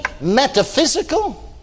metaphysical